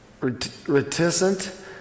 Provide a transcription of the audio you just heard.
reticent